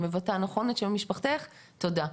תודה.